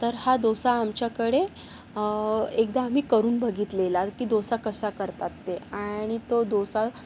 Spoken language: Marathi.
हा दोसा आमच्याकडे एकदा आम्ही करून बघितलेला की दोसा कसा करतात ते आणि तो दोसा